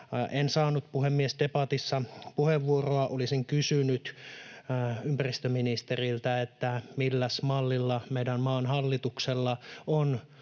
En saanut, puhemies, debatissa puheenvuoroa. Olisin kysynyt ympäristöministeriltä, milläs mallilla meidän maan hallituksella on